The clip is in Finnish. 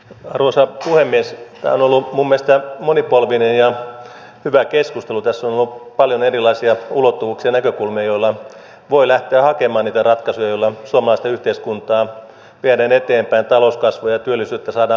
täällä on ollut minun mielestäni monipolvinen ja hyvä keskustelu tässä on ollut paljon erilaisia ulottuvuuksia näkökulmia joilla voi lähteä hakemaan niitä ratkaisuja joilla suomalaista yhteiskuntaa viedään eteenpäin talouskasvua ja työllisyyttä saadaan vahvistettua